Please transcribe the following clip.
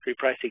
repricing